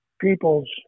people's